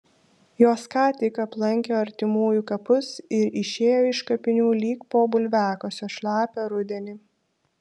jos ką tik aplankė artimųjų kapus ir išėjo iš kapinių lyg po bulviakasio šlapią rudenį